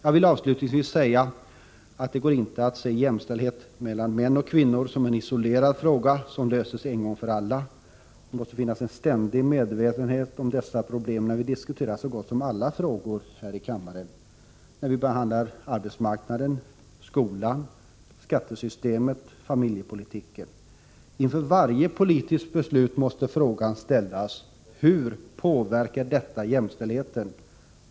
Avslutningsvis vill jag säga att det inte går att se jämställdhet mellan män och kvinnor som en isolerad fråga som kan lösas en gång för alla. Det måste finnas en ständig medvetenhet om dessa problem när vi diskuterar så gott som alla frågor här i kammaren — när vi behandlar arbetsmarknaden, skolan, skattesystemet, familjepolitiken. Inför varje politiskt beslut måste frågan ställas: Hur påverkar detta jämställdheten?